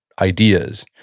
ideas